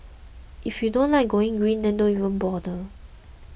if you don't like going green then don't even bother